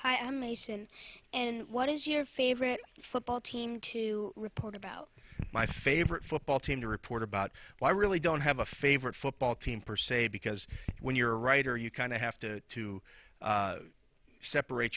hi i'm mason and what is your favorite football team to report about my favorite football team to report about why i really don't have a favorite football team per se because when you're a writer you kind of have to to separate